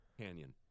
Canyon